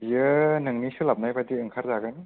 बियो नोंनि सोलाबनाय बादि ओंखार जागोन